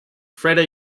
freda